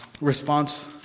response